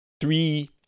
three